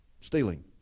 stealing